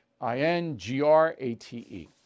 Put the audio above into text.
I-N-G-R-A-T-E